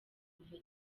kuva